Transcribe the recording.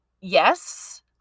yes